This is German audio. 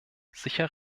sicher